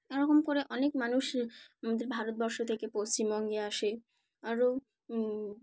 এরকম করে অনেক মানুষ আমাদের ভারতবর্ষ থেকে পশ্চিমবঙ্গে আসে আরও